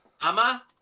Ama